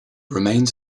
remains